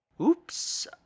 Oops